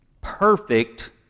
perfect